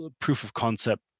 proof-of-concept